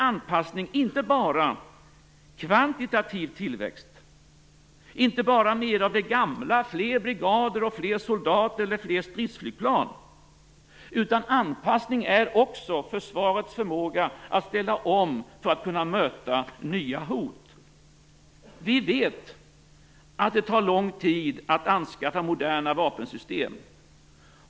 Anpassning är då inte bara kvantitativ tillväxt, inte bara mer av det gamla - fler brigader, fler soldater eller fler stridsflygplan. Anpassning är också försvarets förmåga att ställa om för att kunna möta nya hot. Vi vet att det tar lång tid att anskaffa moderna vapensystem.